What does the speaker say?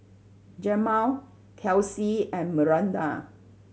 Jemal Kelcie and Miranda